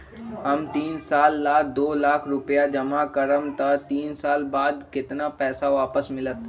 हम तीन साल ला दो लाख रूपैया जमा करम त तीन साल बाद हमरा केतना पैसा वापस मिलत?